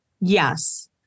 Yes